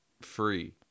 Free